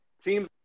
seems